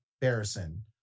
Barrison